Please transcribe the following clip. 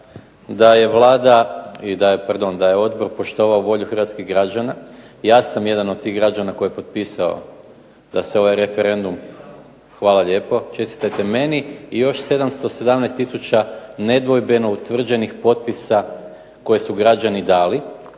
da je odbor poštovao volju hrvatskih građana. Ja sam jedan od tih građana koji je potpisao da se ovaj referendum, hvala lijepo čestitajte meni i još 717000 nedvojbeno utvrđenih potpisa koje su građani dali.